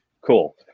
Cool